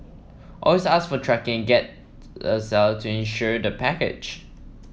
always ask for tracking get the seller to insure the package